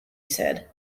said